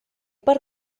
per